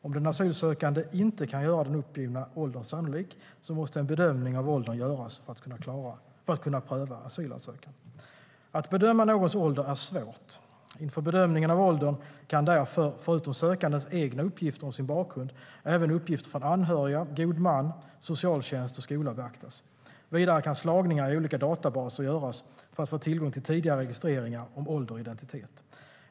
Om den asylsökande inte kan göra den uppgivna åldern sannolik måste en bedömning av åldern göras för att kunna pröva asylansökan. Att bedöma någons ålder är svårt. Inför bedömningen av åldern kan därför, förutom sökandens egna uppgifter om sin bakgrund, även uppgifter från anhöriga, god man, socialtjänst och skola beaktas. Vidare kan slagningar i olika databaser göras för att få tillgång till tidigare registreringar om ålder och identitet.